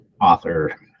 author